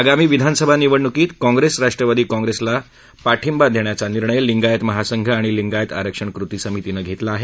आगामी विधानसभा निवडणुकीत काँग्रेस राष्ट्रवादी काँग्रेस पक्षाला पाठींबा देण्याचा निर्णय लिगायत महासंघ आणि लिगायत आरक्षण कृती समितीनं घेतला आहे